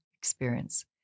experience